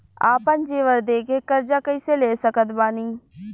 आपन जेवर दे के कर्जा कइसे ले सकत बानी?